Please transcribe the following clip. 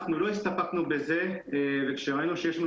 אנחנו לא הסתפקנו בזה וכשראינו שיש לנו